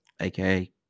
aka